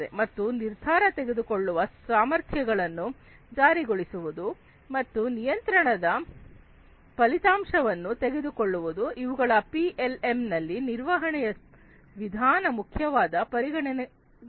ಮತ್ತು ನಿರ್ಧಾರ ತೆಗೆದುಕೊಳ್ಳುವ ಸಾಮರ್ಥ್ಯಗಳನ್ನು ಜಾರಿಗೊಳಿಸುವುದು ಮತ್ತು ನಿಯಂತ್ರಣದ ಫಲಿತಾಂಶವನ್ನು ತೆಗೆದುಕೊಳ್ಳುವುದು ಇವುಗಳು ಪಿಎಲ್ಎಂ ನಲ್ಲಿ ನಿರ್ವಹಣೆಯ ವಿಧಾನ ಮುಖ್ಯವಾದ ಪರಿಗಣನೆಗಳಾಗಿರುತ್ತವೆ